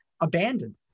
abandoned